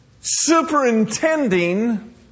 superintending